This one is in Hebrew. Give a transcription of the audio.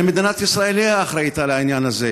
הרי מדינת ישראל היא האחראית לעניין הזה.